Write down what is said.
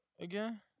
again